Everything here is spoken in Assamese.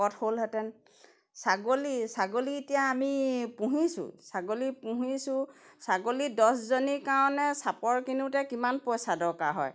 শকত হ'লহেঁতেন ছাগলী ছাগলী এতিয়া আমি পুহিছোঁ ছাগলী পুহিছোঁ ছাগলী দহজনীৰ কাৰণে চাপৰ কিনোতে কিমান পইচা দৰকাৰ হয়